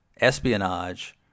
espionage